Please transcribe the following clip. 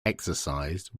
exercised